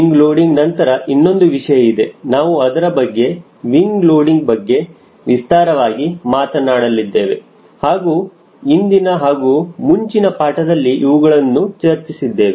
wing loading ನಂತರ ಇನ್ನೊಂದು ವಿಷಯ ಇದೆ ನಾವು ಅದರ ಬಗ್ಗೆ ವಿಂಗ ಲೋಡಿಂಗ್ ಬಗ್ಗೆ ವಿಸ್ತಾರವಾಗಿ ಮಾತನಾಡಲಿದ್ದೇವೆ ಹಾಗೂ ಇಂದಿನ ಹಾಗೂ ಮುಂಚಿನ ಪಾಠದಲ್ಲಿ ಇವೆಲ್ಲವುಗಳನ್ನು ಚರ್ಚಿಸಿದ್ದೇವೆ